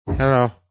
Hello